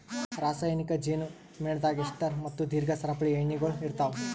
ರಾಸಾಯನಿಕ್ ಜೇನು ಮೇಣದಾಗ್ ಎಸ್ಟರ್ ಮತ್ತ ದೀರ್ಘ ಸರಪಳಿ ಎಣ್ಣೆಗೊಳ್ ಇರ್ತಾವ್